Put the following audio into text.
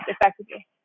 effectively